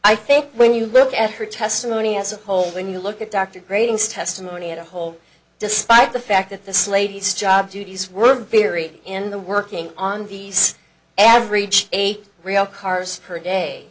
i think when you look at her testimony as a whole when you look at dr gratings testimony at a whole despite the fact that this lady's job duties were very in the working on these average a real cars per day